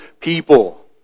people